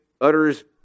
utters